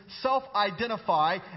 self-identify